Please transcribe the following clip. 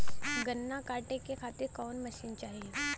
गन्ना कांटेके खातीर कवन मशीन चाही?